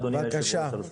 בבג"ץ,